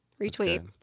retweet